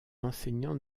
enseignant